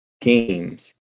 games